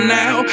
now